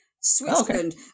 Switzerland